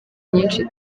nyinshi